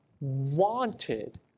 wanted